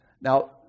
Now